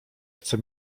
chce